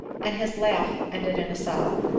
and his laugh ended in a sob.